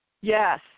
Yes